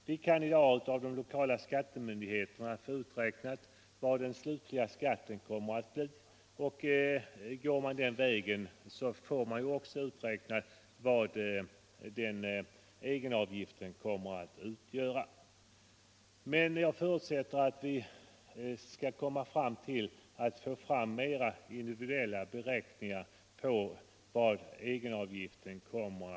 Vi kan i dag av den lokala skattemyndigheten få den slutliga skatten uträknad. Man kan då också få veta hur stor egenavgiften blir. Jag för utsätter emellertid att det skall bli möjligt att få fram individuella be Nr 148 räkningar på egenavgiftens storlek.